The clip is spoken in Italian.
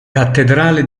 cattedrale